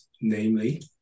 namely